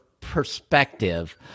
perspective